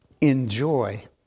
enjoy